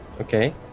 Okay